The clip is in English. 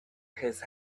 his